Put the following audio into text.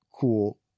cool